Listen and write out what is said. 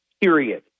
period